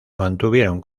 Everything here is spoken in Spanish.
mantuvieron